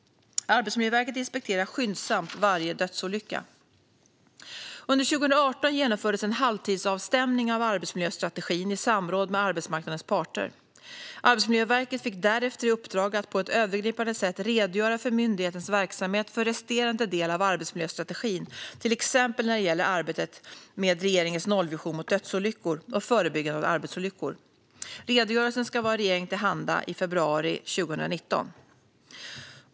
Arbetsmiljöverket inspekterar skyndsamt varje dödsolycka. Under 2018 genomfördes en halvtidsavstämning av arbetsmiljöstrategin i samråd med arbetsmarknadens parter. Arbetsmiljöverket fick därefter i uppdrag att på ett övergripande sätt redogöra för myndighetens verksamhet för resterande del av arbetsmiljöstrategin, till exempel när det gäller arbetet med regeringens nollvision mot dödsolyckor och förebyggande av arbetsolyckor. Redogörelsen ska vara regeringen till handa i februari 2019.